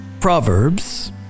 Proverbs